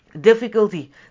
difficulty